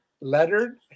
lettered